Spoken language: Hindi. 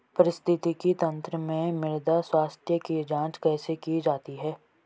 पारिस्थितिकी तंत्र में मृदा स्वास्थ्य की जांच कैसे की जाती है?